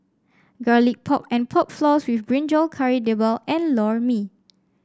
Garlic Pork and Pork Floss with brinjal Kari Debal and Lor Mee